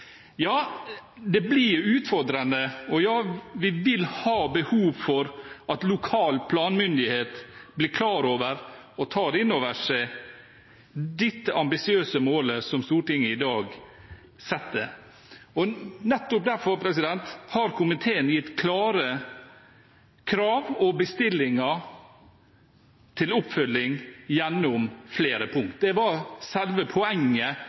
Ja, det blir utfordrende, og vi vil ha behov for at lokal planmyndighet blir klar over det og tar inn over seg dette ambisiøse målet som Stortinget i dag setter. Nettopp derfor har komiteen satt klare krav og gitt bestillinger til oppfølging på flere punkter. Det var selve poenget